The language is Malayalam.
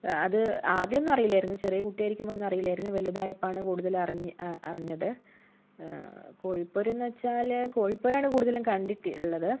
അത് ആദ്യ ഒന്നും അറിയില്ലായിരുന്നു ചെറിയ കുട്ടി ആയിരിക്കുമ്പോൾ ഒന്നും അറിയില്ലായിരുന്നു വലുതായപ്പോഴാണ് കൂടുതൽ അറിഞ്ഞ് അറിഞ്ഞത് കോഴിപ്പോരെന്നു വച്ചാൽ കോഴിപ്പോരാണ് കൂടുതലും കണ്ടിട്ടുള്ളത്